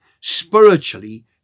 spiritually